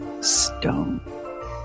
stone